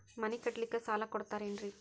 ಮನಿ ಕಟ್ಲಿಕ್ಕ ಸಾಲ ಕೊಡ್ತಾರೇನ್ರಿ?